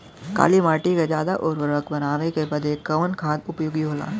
काली माटी के ज्यादा उर्वरक बनावे के बदे कवन खाद उपयोगी होला?